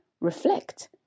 reflect